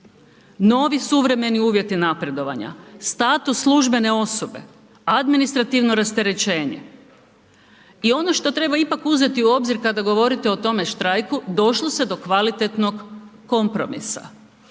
Novi suvremeni uvjeti napredovanja, status službene osobe, administrativno rasterećenje. I ono što ipak treba uzeti u obzir kada govorite o tome štrajku došlo se do kvalitetnog kompromisa,